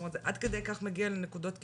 זה עד כדי כך מגיע לנקודות קיצוניות,